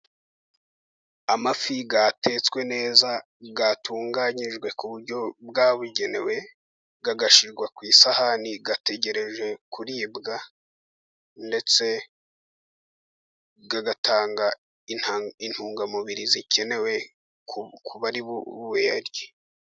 Amafi yatetswe neza, yatunganyijwe ku buryo bwabugenewe agashyirwa ku isahani. Ategereje kuribwa, ndetse agatanga intungamubiri zikenewe ku bari buyarye.